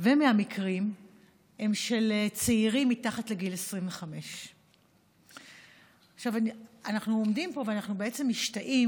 ומהמקרים הם של צעירים מתחת לגיל 25. אנחנו עומדים פה ואנחנו משתאים,